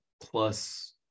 plus